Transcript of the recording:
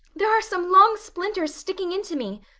there are some long splinters sticking into me.